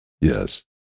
Yes